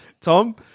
Tom